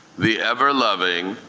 the ever loving,